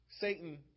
Satan